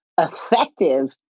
effective